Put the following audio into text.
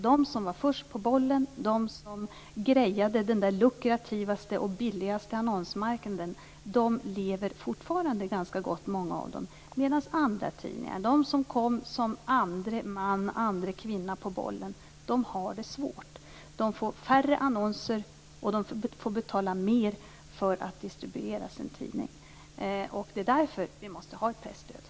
De som var först på bollen, de som grejade den där lukrativaste och billigaste annonsmarknaden, lever många av dem fortfarande ganska gott, medan andra tidningar, de som kom som andre man eller andra kvinna på bollen, har det svårt. De får färre annonser, och de får betala mer för att distribuera sin tidning. Det är därför vi måste ha ett presstöd.